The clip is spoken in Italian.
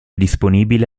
disponibile